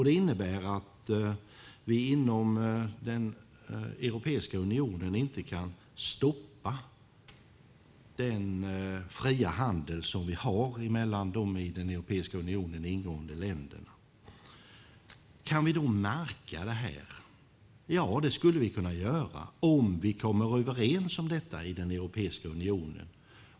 Det innebär att vi inom Europeiska unionen inte kan stoppa den fria handel som vi har mellan de i Europeiska unionen ingående länderna. Kan vi märka detta? Ja, det kan vi göra om vi kommer överens om detta i Europeiska unionen.